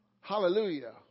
Hallelujah